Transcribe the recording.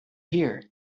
here